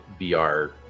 VR